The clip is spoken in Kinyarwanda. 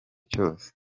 cyose